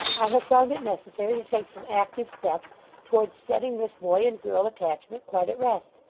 i have found it necessary to take some active steps towards setting this boy and girl attachment quite at rest,